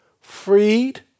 freed